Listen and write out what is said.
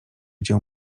cię